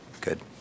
good